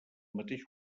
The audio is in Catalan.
mateix